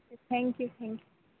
thank you thank you